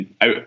out